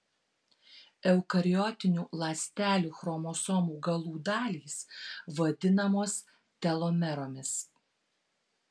eukariotinių ląstelių chromosomų galų dalys vadinamos telomeromis